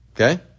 okay